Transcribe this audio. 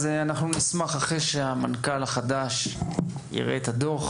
אנחנו נשמח לקבל את הדוח אחרי שהמנכ"ל החדש יקבל אותו,